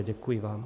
Děkuji vám.